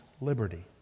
liberty